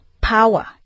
power